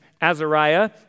Azariah